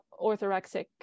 orthorexic